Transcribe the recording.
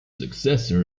successor